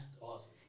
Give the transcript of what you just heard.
awesome